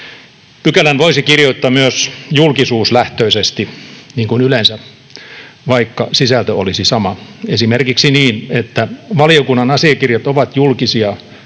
Pykälän voisi kirjoittaa myös julkisuuslähtöisesti, niin kuin yleensä, vaikka sisältö olisi sama, esimerkiksi niin, että valiokunnan asiakirjat ovat julkisia,